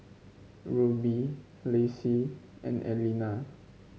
Ruby Lacie and Aleena